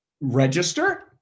register